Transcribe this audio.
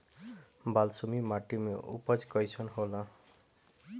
बालसुमी माटी मे उपज कईसन होला?